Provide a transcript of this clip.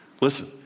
Listen